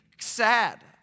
sad